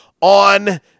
on